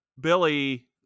billy